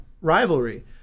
rivalry